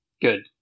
Good